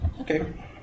Okay